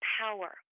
power